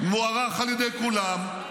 מוערך על ידי כולם,